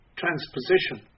transposition